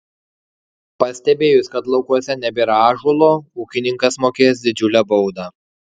pastebėjus kad laukuose nebėra ąžuolo ūkininkas mokės didžiulę baudą